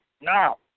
Now